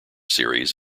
series